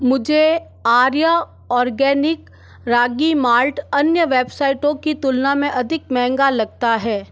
मुझे Arya organic ragi malt अन्य वेबसाइटों की तुलना में अधिक महँगा लगता है